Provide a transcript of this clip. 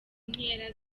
nkera